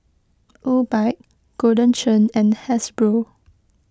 Obike Golden Churn and Hasbro